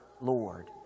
Lord